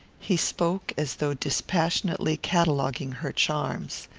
he spoke as though dispassionately cataloguing her charms.